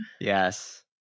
Yes